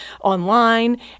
online